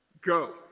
Go